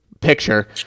picture